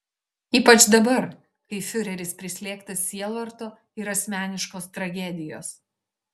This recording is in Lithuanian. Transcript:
ypač dabar kai fiureris prislėgtas sielvarto ir asmeniškos tragedijos